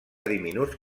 diminuts